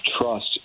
trust